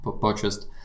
purchased